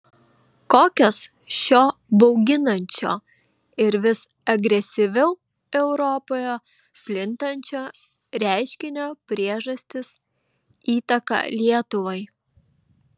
kokios šio bauginančio ir vis agresyviau europoje plintančio reiškinio priežastys įtaka lietuvai